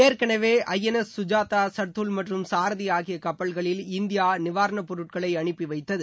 ஏற்கனவே I N S கஜாதா சர்துல் மற்றும் சாரதி ஆகிய கப்பல்களில் இந்தியா நிவாரண பொருட்களை அனுப்பி வைத்தது